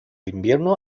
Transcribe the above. invierno